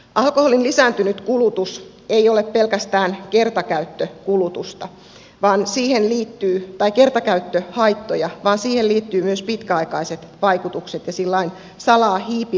alkoholin lisääntynyt kulutus ei ole pelkästään kertakäyttökulutusta tai kertakäyttöhaittoja vaan siihen liittyy myös pitkäaikaiset vaikutukset ja sillä lailla salaa hiipivät vaikutukset